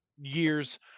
years